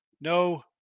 No